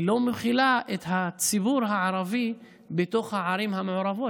היא לא מכילה את הציבור הערבי בתוך הערים המעורבות,